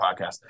podcast